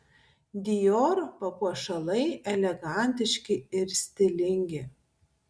dior papuošalai elegantiški ir stilingi